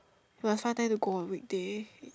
so must find time to go on weekday